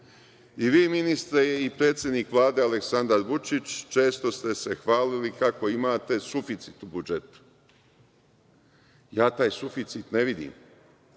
I, vi ministre, i predsednik Vlade Aleksandar Vučić često ste se hvalili kako imate suficit u budžetu. Ja taj suficit ne vidim.